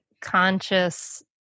conscious